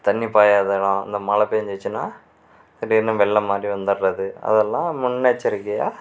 தண்ணி பாயாத இடம் இந்த மழை பேஞ்சிச்சின்னா திடீர்ன்னு வெள்ளம் மாதிரி வந்துவிடுறது அதெல்லாம் முன் எச்சரிக்கையாக